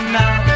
now